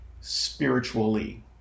spiritually